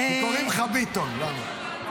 אני ביחד עם טייב, למה אני?